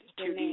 two